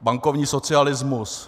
Bankovní socialismus.